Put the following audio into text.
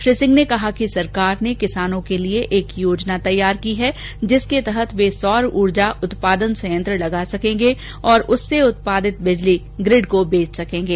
श्री सिंह ने कहा कि सरकार ने किसानों के लिए एकयोजना तैयार की है जिसके तहत वे सौर ऊर्जा उत्पादन संयंत्र लगा सकेंगे और उससे उत्पादित बिजलीग्रिड को बेच सकेंगे